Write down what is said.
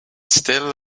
still